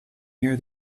near